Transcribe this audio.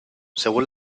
según